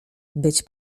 być